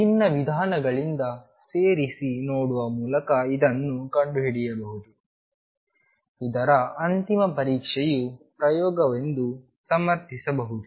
ವಿಭಿನ್ನ ವಿಧಾನಗಳಿಂದ ಸೇರಿಸಿ ನೋಡುವ ಮೂಲಕ ಇದನ್ನು ಕಂಡುಹಿಡಿಯಬಹುದು ಇದರ ಅಂತಿಮ ಪರೀಕ್ಷೆಯು ಪ್ರಯೋಗವೆಂದು ಸಮರ್ಥಿಸಬಹುದು